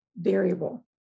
variable